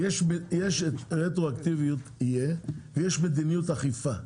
יהיה אישור רטרואקטיבי ויש מדיניות אכיפה.